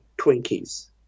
Twinkies